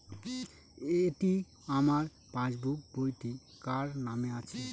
এটি আমার পাসবুক বইটি কার নামে আছে?